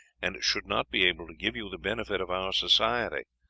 and should not be able to give you the benefit of our society.